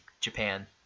Japan